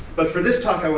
but for this talk,